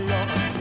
Lord